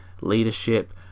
leadership